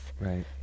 right